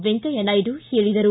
ವೆಂಕಯ್ಯ ನಾಯ್ದು ಹೇಳಿದರು